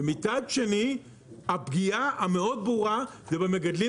ומצד שני הפגיעה המאוד ברורה זה במגדלים